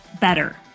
better